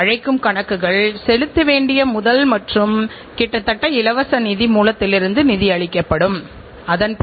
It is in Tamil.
எனவே பொருளின் தரத்திற்கும் மற்றும் அதன்விலைக்கும் இடையில் ஒரு சமநிலையை நாம் ஏற்படுத்த வேண்டும்